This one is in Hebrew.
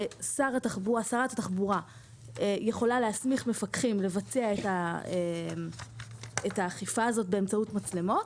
שרת התחבורה יכולה להסמיך מפקחים לבצע את האכיפה הזאת באמצעות מצלמות.